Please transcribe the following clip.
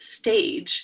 stage